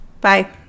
Bye